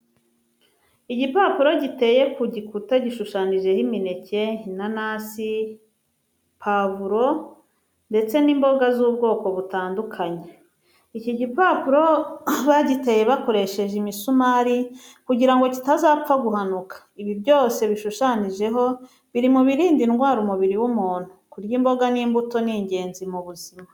Igipapuro giteye ku gikuta gushushanyijeho imineke, inanasi, pavuro ndetse n'imboga z'ubwoko butandukanye. Iki gipapuro bagiteye bakoresheje imisumari kugira ngo kitazapfa guhanuka. Ibi byose bishushanyijeho biri mu birinda indwara umubiri w'umuntu. Kurya imboga n'imbuto ni ingenzi mu buzima.